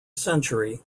century